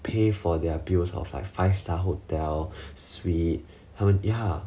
pay for their bills of like five star hotel suite